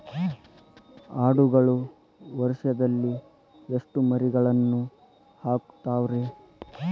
ಆಡುಗಳು ವರುಷದಲ್ಲಿ ಎಷ್ಟು ಮರಿಗಳನ್ನು ಹಾಕ್ತಾವ ರೇ?